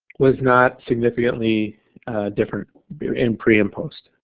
was not significantly different in pre and post,